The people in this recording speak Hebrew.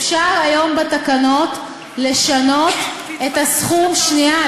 אפשר היום בתקנות לשנות את הסכום, שנייה.